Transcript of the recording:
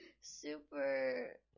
Super